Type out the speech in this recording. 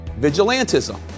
vigilantism